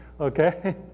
okay